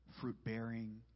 fruit-bearing